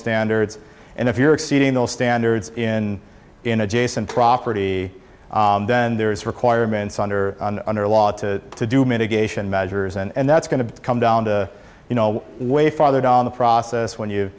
standards and if you're exceeding those standards in in adjacent property then there is requirements under under law to to do mitigation measures and that's going to come down to you know way farther down the process when you